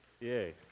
Yay